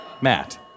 Matt